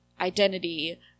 identity